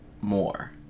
more